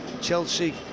Chelsea